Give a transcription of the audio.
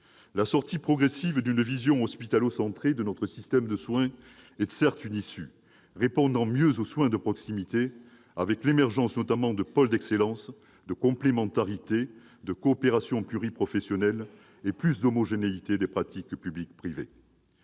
la sortie progressive d'une vision hospitalo-centrée de notre système de soins est une issue, répondant mieux aux soins de proximité, avec l'émergence notamment de pôles d'excellence, de complémentarités, de coopérations pluriprofessionnelles et davantage d'homogénéité entre pratiques publiques et privées.